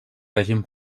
règim